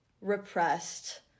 repressed